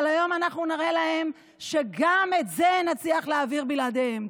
אבל היום אנחנו נראה להם שגם את זה נצליח להעביר בלעדיהם.